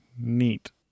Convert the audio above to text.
Neat